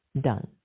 done